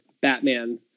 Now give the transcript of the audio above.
Batman